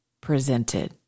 presented